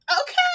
Okay